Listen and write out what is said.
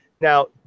now